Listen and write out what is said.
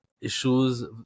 Issues